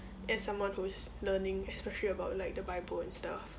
as someone who is learning especially about like the bible and stuff